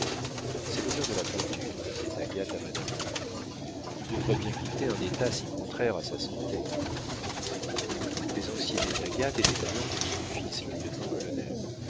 c'est l'odeur de la peinture disait agathe à madame descoings il devrait bien quitter un état si contraire à sa santé toutes les anxiétés d'agathe étaient alors pour son fils le lieutenant-colonel